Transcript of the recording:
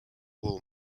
wal